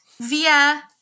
via